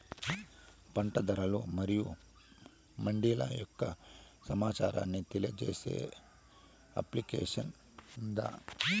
పంట ధరలు మరియు మండీల యొక్క సమాచారాన్ని తెలియజేసే అప్లికేషన్ ఉందా?